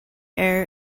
air